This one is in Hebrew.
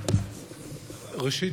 ראשית,